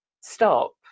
stop